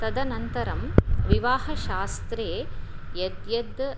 तदनन्तरं विवाहशास्त्रे यद्यद्